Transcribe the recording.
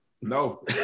No